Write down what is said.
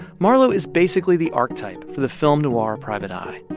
marlowe is basically the archetype for the film noir private eye.